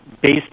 based